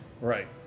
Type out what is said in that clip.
Right